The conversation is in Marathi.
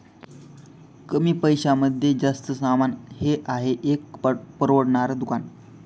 कमी पैशांमध्ये जास्त सामान हे आहे एक परवडणार दुकान